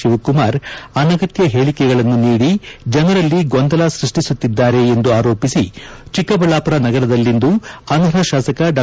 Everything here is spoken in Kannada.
ಶಿವಕುಮಾರ್ ಅನಗತ್ಯ ಹೇಳಿಕೆಗಳನ್ನು ನೀಡಿ ಜನರಲ್ಲಿ ಗೊಂದಲ ಸೃಷ್ವಿಸುತ್ತಿದ್ದಾರೆ ಎಂದು ಆರೋಪಿಸಿ ಚಿಕ್ಕಬಳ್ಳಾಪುರ ನಗರದಲ್ಲಿಂದು ಅನರ್ಹ ಶಾಸಕ ಡಾ